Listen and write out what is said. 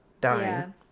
dying